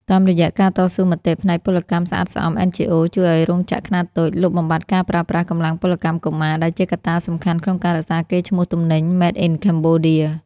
តាមរយៈការតស៊ូមតិផ្នែកពលកម្មស្អាតស្អំ NGOs ជួយឱ្យរោងចក្រខ្នាតតូចលុបបំបាត់ការប្រើប្រាស់កម្លាំងពលកម្មកុមារ ដែលជាកត្តាសំខាន់ក្នុងការរក្សាកេរ្តិ៍ឈ្មោះទំនិញ "Made in Cambodia"។